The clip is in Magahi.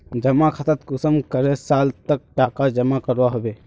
जमा खातात कुंसम करे साल तक टका जमा करवा होबे?